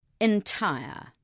Entire